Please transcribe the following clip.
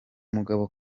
mugabo